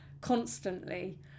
constantly